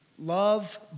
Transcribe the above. Love